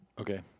okay